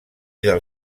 del